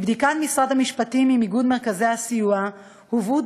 בבדיקת משרד המשפטים עם איגוד מרכזי הסיוע הובאו